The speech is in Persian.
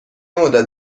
مدت